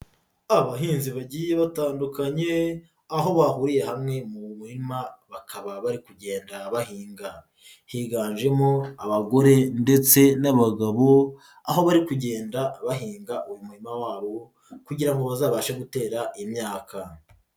Abahinzi bagiye batandukanye aho bahuriye hamwe mu mirima bakaba bari kugenda bahinga, higanjemo abagore ndetse n'abagabo, aho bari kugenda bahinga uyu murima wabo kugira ngo bazabashe gutera imyaka.